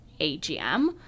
AGM